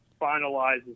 finalizes